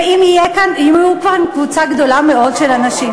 ואם תהיה כאן קבוצה גדולה מאוד של אנשים,